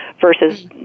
versus